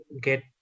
get